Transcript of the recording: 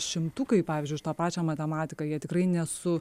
šimtukai pavyzdžiui už tą pačią matematiką jie tikrai ne su